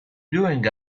doing